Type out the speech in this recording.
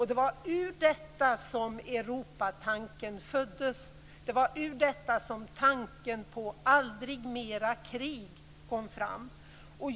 Det var ur detta som Europatanken föddes. Det var ur detta som tanken på aldrig mera krig kom fram.